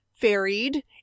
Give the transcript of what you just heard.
varied